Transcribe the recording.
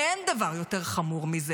ואין דבר יותר חמור מזה